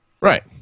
Right